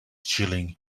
chilling